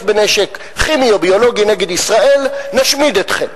בנשק כימי או ביולוגי נגד ישראל נשמיד אתכם,